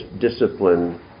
discipline